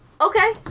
Okay